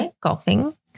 golfing